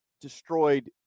destroyed